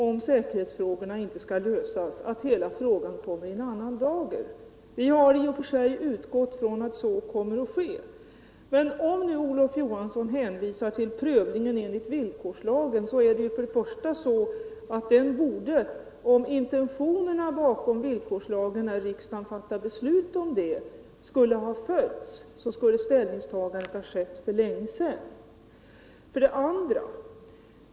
Om säkerhetsfrågorna inte kan lösas, är det självklart att hela frågan kommer i en annan dager. Vi har i och för sig utgått från att de kan lösas. Men om nu Olof Johansson hänvisar till prövningen enligt villkorslagen så borde, omintentionerna bakom villkorslagen hade följts, ställningstagandet ha skett för länge sedan!